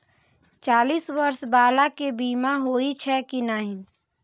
चालीस बर्ष बाला के बीमा होई छै कि नहिं?